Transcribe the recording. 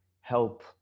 help